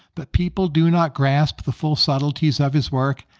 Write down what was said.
but people do not grasp the full subtleties of his work,